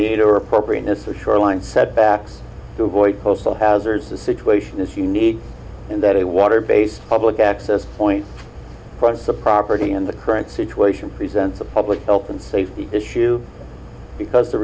need or appropriateness of shoreline setbacks to avoid coastal hazards the situation is unique in that a water based public access point from the property in the current situation presents a public health and safety issue because t